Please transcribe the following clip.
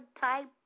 type